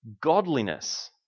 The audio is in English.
godliness